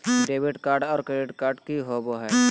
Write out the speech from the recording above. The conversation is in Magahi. डेबिट कार्ड और क्रेडिट कार्ड की होवे हय?